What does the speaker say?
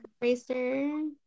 racer